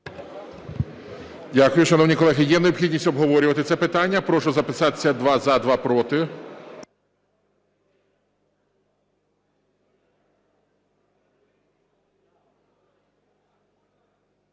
Дякую, шановні колеги. Є необхідність обговорювати це питання? Прошу записатися: два – за, два – проти.